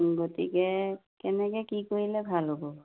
গতিকে কেনেকে কি কৰিলে ভাল হ'ব